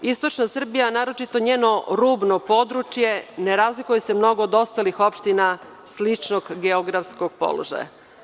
Istočna Srbija, a naročito njeno rubno područje ne razlikuje se mnogo od ostalih opština sličnog geografskog položaja.